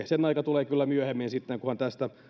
sen aika tulee kyllä myöhemmin sitten kunhan tästä